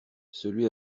celui